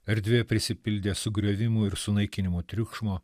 erdvė prisipildė sugriovimų ir sunaikinimo triukšmo